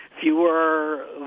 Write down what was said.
fewer